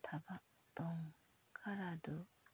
ꯊꯕꯛ ꯇꯧ ꯈꯔꯗꯨ